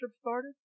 started